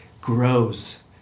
grows